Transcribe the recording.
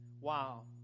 Wow